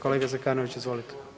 Kolege Zekanović, izvolite.